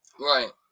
Right